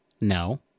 No